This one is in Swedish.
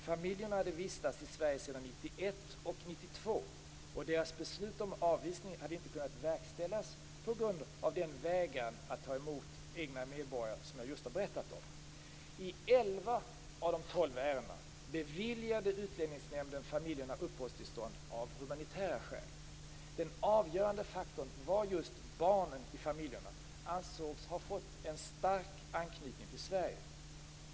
Familjerna hade vistats i Sverige sedan 1991 och 1992, och deras beslut om avvisning hade inte kunnat verkställas på grund av den vägran att ta emot egna medborgare som jag just har berättat om. I elva av de tolv ärendena beviljade Utlänningsnämnden familjerna uppehållstillstånd av humanitära skäl. Den avgörande faktorn var att barnen i familjerna ansågs ha fått en stark anknytning till Sverige.